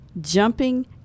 jumping